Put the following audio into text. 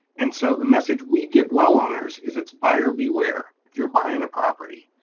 and so the message we give well owners is it's buyer beware, if you're buying a property.